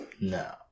No